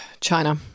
China